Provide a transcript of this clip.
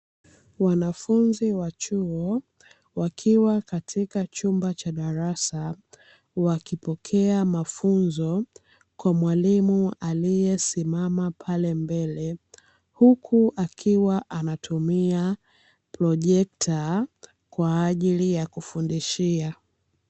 Wanafunzi wa chuo, wakiwa katika chumba cha darasa, wakipokea mafunzo kwa mwalimu aliesimama pale mbele, huku akiwa anatumia projekta kwa ajili ya kufundishia.